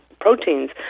proteins